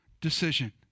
decision